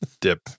dip